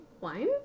Wine